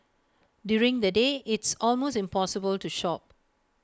during the day it's almost impossible to shop